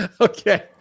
Okay